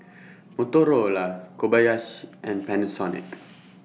Motorola Kobayashi and Panasonic